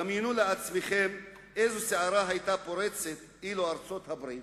דמיינו לעצמכם איזו סערה היתה פורצת אילו ארצות-הברית